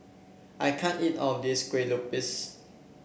I can't eat all of this Kuih Lopes